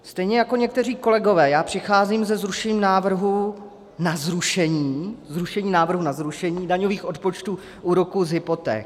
Stejně jako někteří kolegové přicházím se zrušením návrhu na zrušení zrušení návrhu na zrušení daňových odpočtů úroků z hypoték.